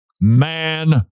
man